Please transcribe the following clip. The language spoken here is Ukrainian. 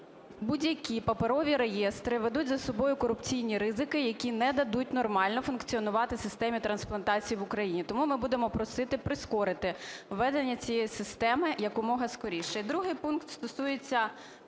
будь-які паперові реєстри ведуть за собою корупційні ризики, які не дадуть нормально функціонувати системі трансплантації в Україні, тому ми будемо просити прискорити введення цієї системи якомога скоріше. І другий пункт стосується